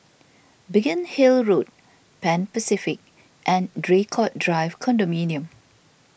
Biggin Hill Road Pan Pacific and Draycott Drive Condominium